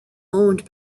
owned